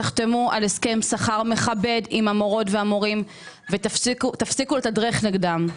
תחתמו על הסכם שכר מכבד עם המורות והמורים ותפסיקו לתדרך נגדן.